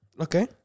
Okay